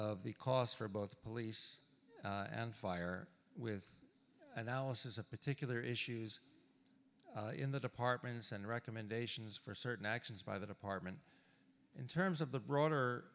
of the cost for both police and fire with analysis of particular issues in the departments and recommendations for certain actions by the department in terms of the broader